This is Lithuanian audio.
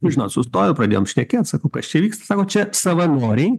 žinot sustojau pradėjom šnekėt sakau kas čia vyksta sako čia savanoriai